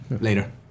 Later